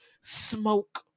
smoke